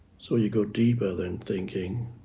so you go deeper than thinking,